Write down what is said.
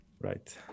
Right